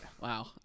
Wow